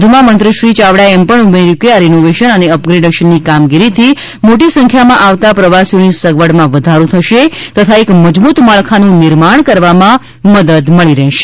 વધુમાં મંત્રીશ્રી યાવડાએ એમ પણ ઉમેર્યું કે આ રીનોવેશન અને અપગ્રેડેશનની કામગીરીથી મોટી સંખ્યામાં આવતા પ્રવાસીઓની સગવડમાં વધારો થશે તથા એક મજબુત માળખાનું નિર્માણ કરવામા મદદ મળી રહેશે